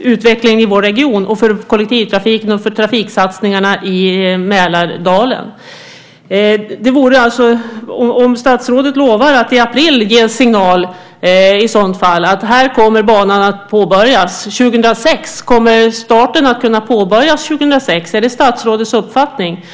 utvecklingen i vår region och för kollektivtrafiken och trafiksatsningarna i Mälardalen. Kan statsrådet lova att i april ge en signal att banan kommer att påbörjas, att starten kommer att kunna ske 2006? Är det statsrådets uppfattning?